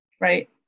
right